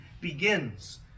begins